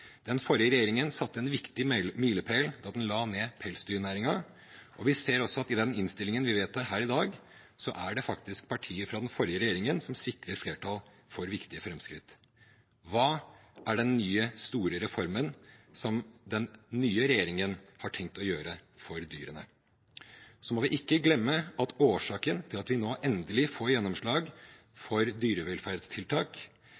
Den forrige regjeringen satte en viktig milepæl da den la ned pelsdyrnæringen, og vi ser også at i den tilrådingen vi vedtar her i dag, er det faktisk partier fra den forrige regjeringen som sikrer flertall for viktige framskritt. Hva er den nye store reformen som den nye regjeringen har tenkt å gjøre for dyrene? Så må vi ikke glemme at årsaken til at vi nå, endelig, får